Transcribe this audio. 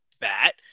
bat